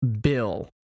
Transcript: bill